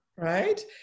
Right